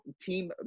team